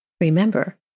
Remember